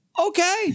Okay